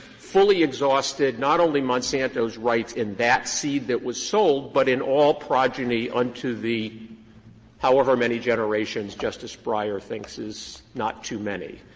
fully exhausted not only monsanto's rights in that seed that was sold, but in all progeny unto the however many generations justice breyer thinks is not too many.